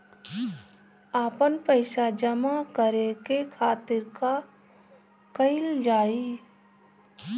आपन पइसा जमा करे के खातिर का कइल जाइ?